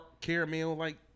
caramel-like